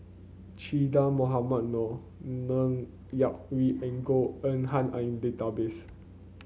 Che Dah Mohamed Noor Ng Yak Whee and Goh Eng Han are in database